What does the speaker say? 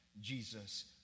Jesus